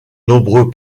nombreux